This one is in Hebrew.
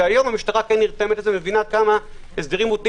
והיום המשטרה נרתמת לזה ומבינה כמה הסדרים מותנים